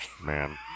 man